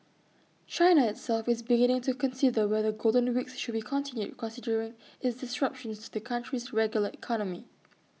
China itself is beginning to consider whether golden weeks should be continued considering its disruptions to the country's regular economy